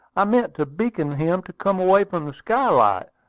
i meant to beckon him to come away from the skylight,